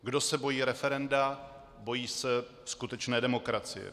Kdo se bojí referenda, bojí se skutečné demokracie.